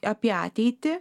apie ateitį